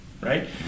right